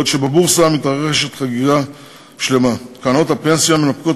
בעוד בבורסה מתרחשת חגיגה שלמה וקרנות הפנסיה מנפקות